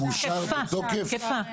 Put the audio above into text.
תקפה.